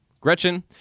Gretchen